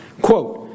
quote